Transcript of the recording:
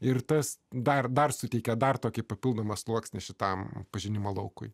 ir tas dar dar suteikė dar tokį papildomą sluoksnį šitam pažinimo laukui